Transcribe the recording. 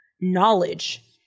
knowledge